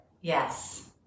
Yes